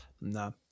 no